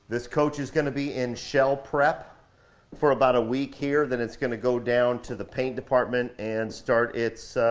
this coach is gonna be in shell prep for about a week here, then it's gonna go down to the paint department and start its